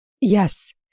Yes